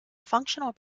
functional